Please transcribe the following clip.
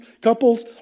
couples